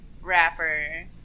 rapper